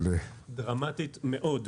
דרמטית מאוד.